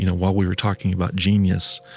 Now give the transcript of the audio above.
you know while we were talking about genius